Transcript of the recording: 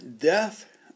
Death